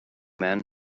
man